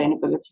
sustainability